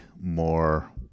more